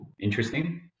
interesting